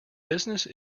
business